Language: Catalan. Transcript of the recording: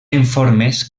informes